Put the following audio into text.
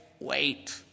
wait